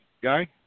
guy